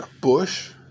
Bush